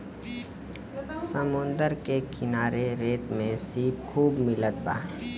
समुंदर के किनारे रेत में सीप खूब मिलत बा